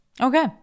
Okay